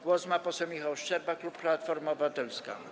Głos ma poseł Michał Szczerba, klub Platforma Obywatelska.